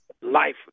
life